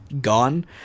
gone